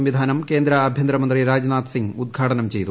സംവിധാനം കേന്ദ്ര ആഭ്യന്തര മന്ത്രി രാജ്നാഥ് സിങ് ഉദ്ഘാടനം ചെയ്തു